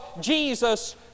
Jesus